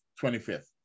25th